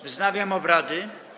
Wznawiam obrady.